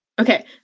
Okay